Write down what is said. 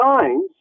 signs